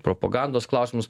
propagandos klausimus